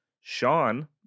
Sean